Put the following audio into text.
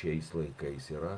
šiais laikais yra